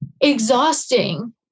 exhausting